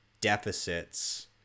deficits